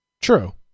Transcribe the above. True